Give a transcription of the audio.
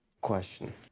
Question